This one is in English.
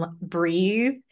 breathe